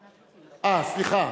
סליחה.